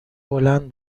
بلند